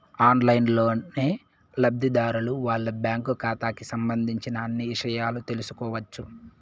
ఆన్లైన్లోనే లబ్ధిదారులు వాళ్ళ బ్యాంకు ఖాతాకి సంబంధించిన అన్ని ఇషయాలు తెలుసుకోవచ్చు